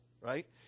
right